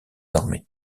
armées